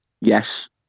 Yes